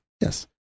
Yes